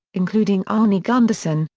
including arnie gundersen,